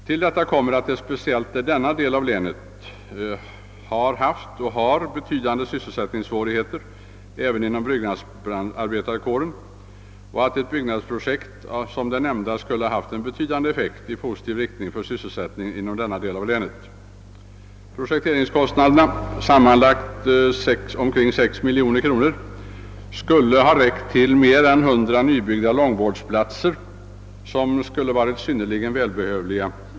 Till detta kommer att speciellt denna del av länet haft och har betydande sysselsättningssvårigheter även inom byggnadsarbetarkåren och att ett byggnadsprojekt som det nämnda skulle ha haft en betydande effekt i positiv riktning för sysselsättningen inom denna del av länet. Projekteringskostnaderna — sammanlagt omkring sex miljoner kronor — skulle ha räckt till mer än 100 nybyggda långvårdsplatser, som varit synnerligen välbehövliga.